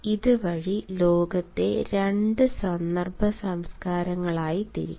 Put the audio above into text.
ഇതുവഴി ലോകത്തെ 2 സന്ദർഭ സംസ്കാരങ്ങളായി തിരിക്കാം